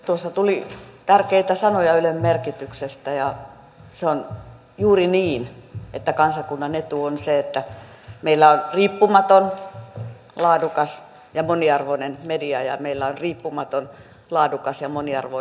tuossa tuli tärkeitä sanoja ylen merkityksestä ja se on juuri niin että kansakunnan etu on se että meillä on riippumaton laadukas ja moniarvoinen media ja meillä on riippumaton laadukas ja moniarvoinen yleisradioyhtiö